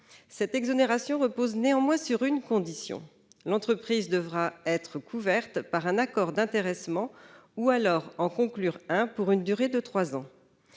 Cette exonération repose néanmoins sur une condition : l'entreprise devra être couverte par un accord d'intéressement ou alors en conclure un pour une durée de trois ans.